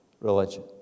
religion